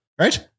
right